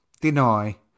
deny